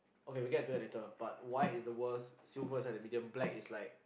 okay we get to that later but white is the worst silver is like a medium black is like